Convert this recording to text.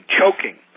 choking